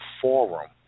forum